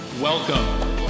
Welcome